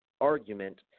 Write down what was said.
argument